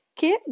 che